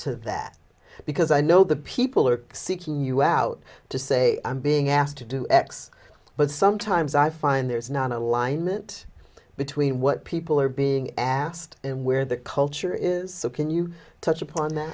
to that because i know that people are seeking you out to say i'm being asked to do x but sometimes i find there's not alignment between what people are being asked and where the culture is so can you touch upon that